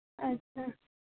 ᱟᱪᱪᱷᱟ